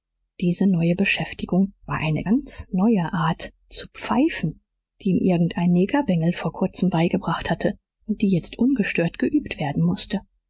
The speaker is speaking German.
diese neue beschäftigung war eine ganz neue art zu pfeifen die ihm irgend ein negerbengel vor kurzem beigebracht hatte und die jetzt ungestört geübt werden mußte